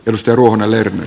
risto ruohonen lerner